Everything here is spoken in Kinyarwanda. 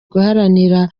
guharanira